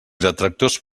detractors